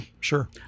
sure